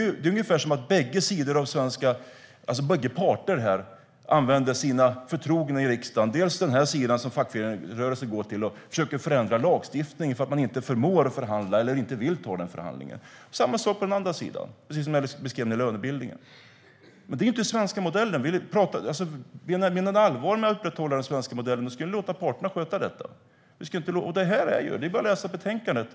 Bägge parter använder sina förtrogna i riksdagen. Där finns den ena sidan som fackföreningsrörelsen går till och försöker förändra lagstiftningen för att de inte förmår att förhandla eller inte vill ta den förhandlingen. Det är samma sak på den andra sidan, precis som jag beskrev, när det gäller lönebildningen. Det är inte den svenska modellen. Menar ni allvar med att upprätthålla den svenska modellen ska ni låta parterna sköta detta. Det är bara att läsa betänkandet.